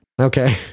Okay